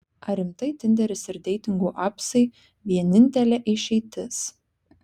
ar rimtai tinderis ir deitingų apsai vienintelė išeitis